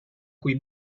cui